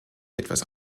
etwas